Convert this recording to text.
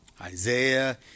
Isaiah